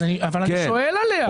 אבל אני שואל עליה.